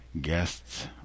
guests